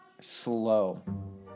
Slow